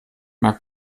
mag